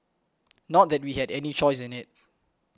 not that we had any choice in it